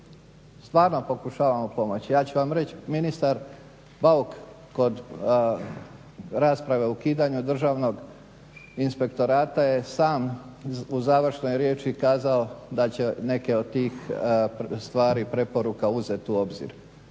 stvarno pokušavamo pomoći. Ja ću vam reći ministar Bauk kod rasprave o ukidanju Državnog inspektorata je sam u završnoj riječi kazao da će neke od tih stvari i preporuka uzeti u obzir.